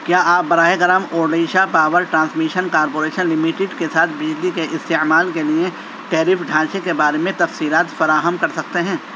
کیا آپ براہ کرم Odisha power transmission corporation limited کے ساتھ بجلی کے استعمال کے لیے ٹیرف ڈھانچے کے بارے میں تفصیلات فراہم کر سکتے ہیں